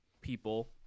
people